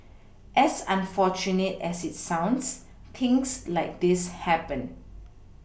as unfortunate as it sounds things like this happen